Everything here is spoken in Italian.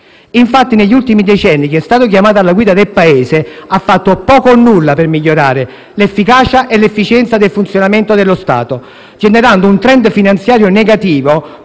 Infatti, negli ultimi decenni chi è stato chiamato alla guida del Paese ha fatto poco o nulla per migliorare l'efficacia e l'efficienza del funzionamento dello Stato, generando un *trend* finanziario negativo